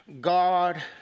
God